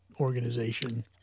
organization